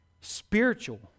spiritual